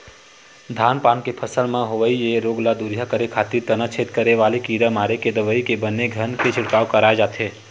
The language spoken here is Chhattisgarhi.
धान पान के फसल म होवई ये रोग ल दूरिहा करे खातिर तनाछेद करे वाले कीरा मारे के दवई के बने घन के छिड़काव कराय जाथे